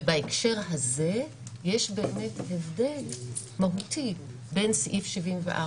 ובהקשר הזה יש באמת הבדל מהותי בין סעיף 74,